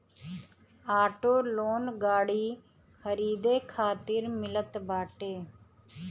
auto loan गाड़ी खरीदे खातिर मिलत बाटे